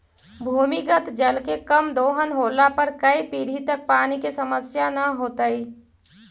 भूमिगत जल के कम दोहन होला पर कै पीढ़ि तक पानी के समस्या न होतइ